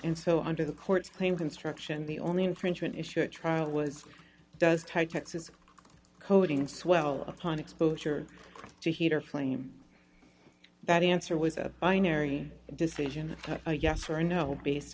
and so on to the court's claim construction the only infringement issue at trial was does tie taxes coding swell upon exposure to heat or flame that answer was a binary decision a yes or a no based